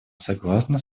согласна